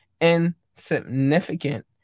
insignificant